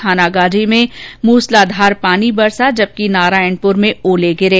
थानागाजी में मूसलाधार पानी बरसा जबकि नारायणपुर में ओले गिरे